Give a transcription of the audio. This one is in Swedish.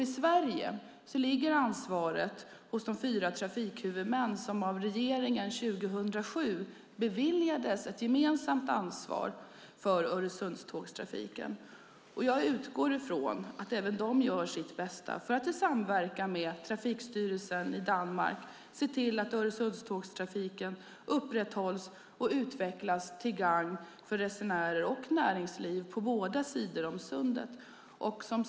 I Sverige ligger ansvaret hos de fyra trafikhuvudmän som av regeringen år 2007 beviljades ett gemensamt ansvar för Öresundstågtrafiken. Jag utgår ifrån att även de gör sitt bästa för att i samverkan med Trafikstyrelsen i Danmark se till att Öresundstågtrafiken upprätthålls och utvecklas till gagn för resenärer och näringsliv på båda sidor om sundet.